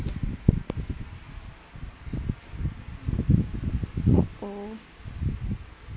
oh oh